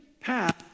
path